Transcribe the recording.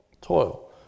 toil